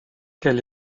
qu’elle